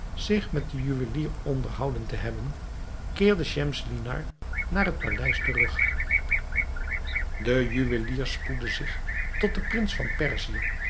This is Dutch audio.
zich met den juwelier onderhouden te hebben keerde schemselnihar naar haar paleis terug de juwelier spoedde zich tot den prins van perzië